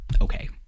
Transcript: okay